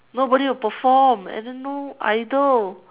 nobody will perform and then no idol